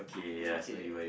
okay